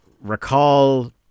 recall